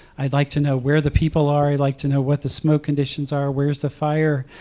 i'd like to know where the people are. i'd like to know what the smoke conditions are. where's the fire,